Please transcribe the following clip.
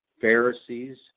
Pharisees